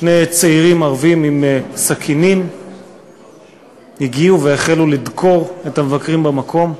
שני צעירים ערבים עם סכינים הגיעו והחלו לדקור את המבקרים במקום.